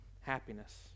happiness